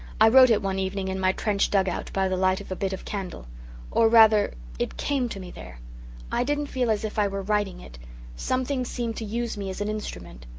i wrote it one evening in my trench dug-out by the light of a bit of candle or rather it came to me there i didn't feel as if i were writing it something seemed to use me as an instrument.